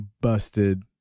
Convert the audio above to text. busted